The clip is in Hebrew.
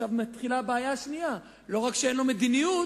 עכשיו מתחילה הבעיה השנייה: לא רק שאין לו מדיניות,